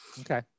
Okay